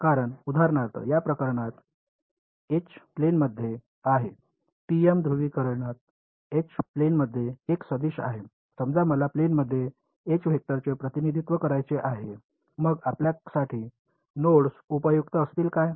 कारण उदाहरणार्थ या प्रकरणात एच प्लेनमध्ये आहे टीएम ध्रुवीकरणात एच प्लेनमध्ये एक सदिश आहे समजा मला प्लेनमध्ये एच वेक्टरचे प्रतिनिधित्व करायचे आहे मग आपल्यासाठी नोड्स उपयुक्त असतील काय